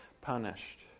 punished